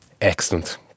Excellent